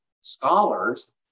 scholars